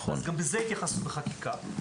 גם לזה התייחסנו בחקיקה.